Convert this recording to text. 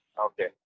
Okay